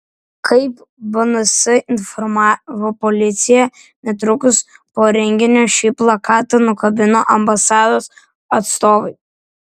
kaip bns informavo policija netrukus po renginio šį plakatą nukabino ambasados atstovai